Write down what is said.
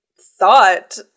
thought